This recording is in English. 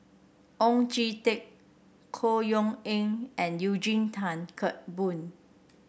Oon Jin Teik Chor Yeok Eng and Eugene Tan Kheng Boon